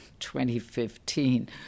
2015